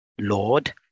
Lord